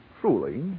truly